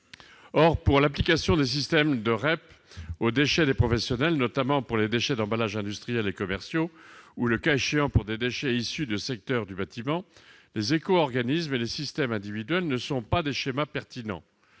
Or, pour l'application des systèmes de REP aux déchets des professionnels, notamment pour les déchets d'emballages industriels et commerciaux ou, le cas échéant, pour des déchets issus du secteur du bâtiment, les éco-organismes et les systèmes individuels ne sont pas des schémas pertinents